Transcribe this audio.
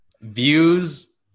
views